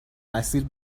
مسیر